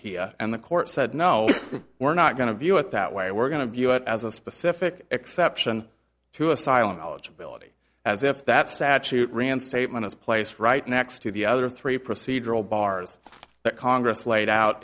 that and the court said no we're not going to view it that way we're going to view it as a specific exception to asylum eligibility as if that sachi it ran statement is placed right next to the other three procedural bars that congress laid out